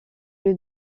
lieu